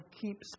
keeps